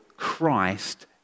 Christ